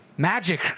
Magic